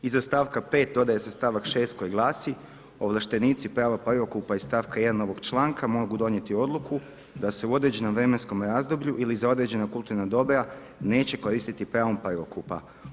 Iza stavka 5. dodaje se stavak 6. koji glasi: ovlaštenici prava prvokupa iz st. 1. ovog članka mogu donijeti odluku da se u određenom vremenskom razdoblju ili za određena kulturna dobra neće koristit pravo prvokupa.